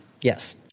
Yes